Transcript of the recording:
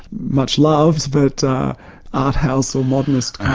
much loved, but art-house or modernist kind